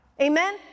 amen